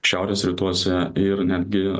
šiaurės rytuose ir netgi